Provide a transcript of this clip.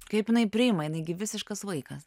kaip jinai priima jinai gi visiškas vaikas